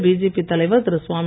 மாநில பிஜேபி தலைவர் திரு